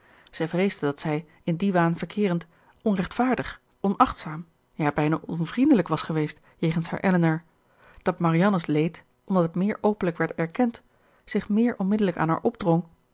zij vreesde dat zij in dien waan verkeerend onrechtvaardig onachtzaam ja bijna onvriendelijk was geweest jegens hare elinor dat marianne's leed omdat het meer openlijk werd erkend zich meer onmiddellijk aan haar opdrong